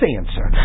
answer